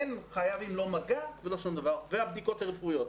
ובדיקות רפואיות.